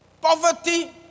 poverty